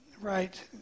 right